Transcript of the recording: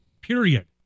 period